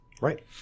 Right